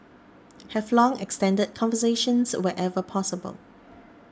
have long extended conversations wherever possible